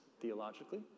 theologically